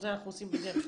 זה אנחנו עושים בדרך כלל.